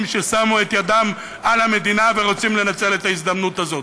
ששמו את ידם על המדינה ורוצים לנצל את ההזדמנות הזאת.